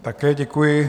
Také děkuji.